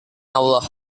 allah